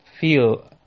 feel